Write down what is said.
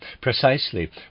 precisely